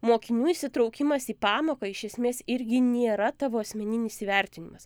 mokinių įsitraukimas į pamoką iš esmės irgi nėra tavo asmeninis įvertinimas